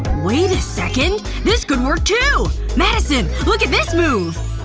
wait a second this could work too! madison! look at this move!